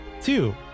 two